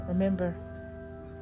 Remember